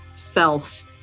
self